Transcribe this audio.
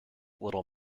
little